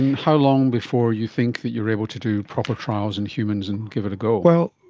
how long before you think that you are able to do proper trials in humans and give it a go? well,